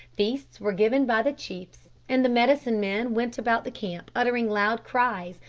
feasts were given by the chiefs, and the medicine-men went about the camp uttering loud cries,